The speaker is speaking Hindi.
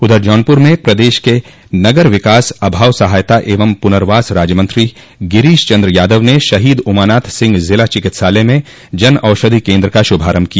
उधर जौनपुर में प्रदेश के नगर विकास अभाव सहायता एवं पुनर्वास राज्यमंत्री गिरीश चन्द्र यादव ने शहीद उमानाथ सिंह जिला चिकित्सालय में जन औषधि केन्द्र का शुभारम्भ किया